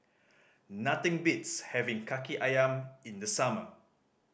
nothing beats having Kaki Ayam in the summer